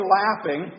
laughing